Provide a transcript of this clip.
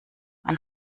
man